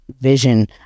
vision